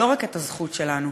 לא רק את הזכות שלנו,